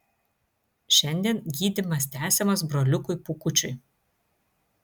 šiandien gydymas tęsiamas broliukui pūkučiui